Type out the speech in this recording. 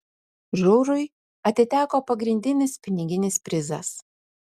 žurui atiteko pagrindinis piniginis prizas